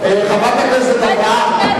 חברת הכנסת אברהם,